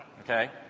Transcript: okay